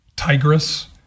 Tigris